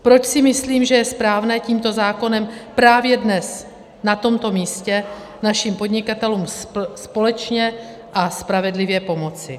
Proč si myslím, že je správné tímto zákonem právě dnes, na tomto místě, našim podnikatelům společně a spravedlivě pomoci.